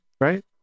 right